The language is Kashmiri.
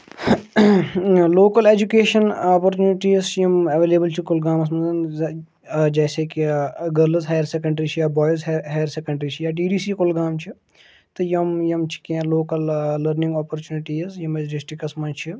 لوکَل ایجوکیشَن اَپورچُنِٹیٖز چھِ یِم ایویلیبٕل چھِ کُلگامَس منٛز جیسے کہِ گٔرلٕز ہایَر سیٚکَنڈری چھِ یا بایِز ہایر سیٚکَنٛڈری چھِ یا ڈی ڈی سی کُلگام چھِ تہٕ یِم یِم چھِ کینٛہہ لوکَل لٔرنِنٛگ اپَرچونِٹیٖز یِم اَسہِ ڈِسٹِرٛکَس منٛز چھِ